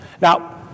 Now